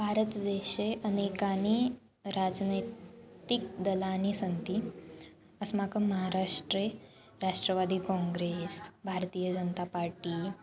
भारतदेशे अनेकानि राजनैतिकदलानि सन्ति अस्माकं महाराष्ट्रे राष्ट्रवादी कोङ्ग्रेस् भारतीयजनतापार्टी